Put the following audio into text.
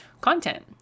content